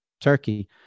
Turkey